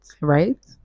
right